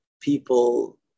people